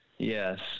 Yes